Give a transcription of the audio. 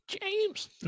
James